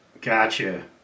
Gotcha